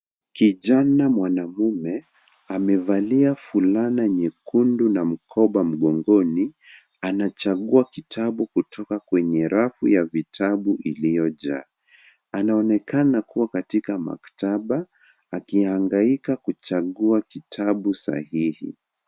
Kijana mwanamume amevalia fulana nyekundu na mkoba mgongoni anachagua kitabu kutoka kwenye rafu ya vitabu iliyojaa. Anaonekana kuwa katika maktaba akihangaika kuchagua kitabu sahihi.